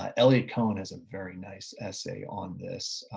um eliot cohen has a very nice essay on this,